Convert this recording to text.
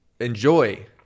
enjoy